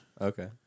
Okay